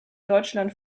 deutschland